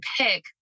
pick